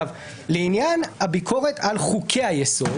לעניין הביקורת על חוקי היסוד.